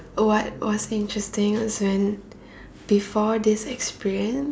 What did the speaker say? what was interesting was when before this experience